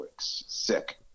Sick